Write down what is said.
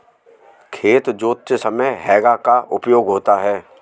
खेत जोतते समय हेंगा का उपयोग होता है